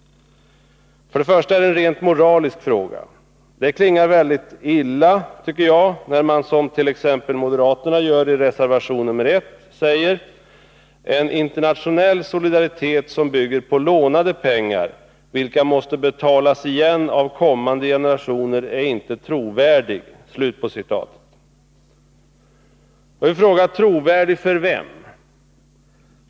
Först och främst är det en rent moralisk fråga. Det låter väldigt illa när t.ex. moderaterna i reservation 1 säger: ”En internationell solidaritet som bygger på lånade pengar, vilka måste betalas igen av kommande generationer, är inte trovärdig.” Trovärdig för vem?